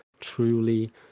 Truly